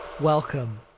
welcome